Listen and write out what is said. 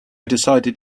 decided